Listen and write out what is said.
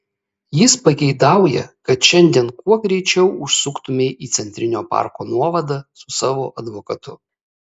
jis pageidauja kad šiandien kuo greičiau užsuktumei į centrinio parko nuovadą su savo advokatu